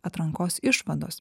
atrankos išvados